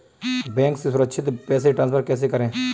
Bank से सुरक्षित पैसे ट्रांसफर कैसे करें?